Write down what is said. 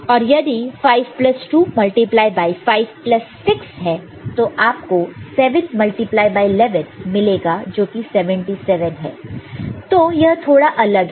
और यदि 5 plus 2 multiply by 5 plus 6 है तो आप को 7 मल्टीप्लाई बाय 11 मिलेगा जो कि 77 है और यह थोड़ा अलग है